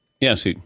Yes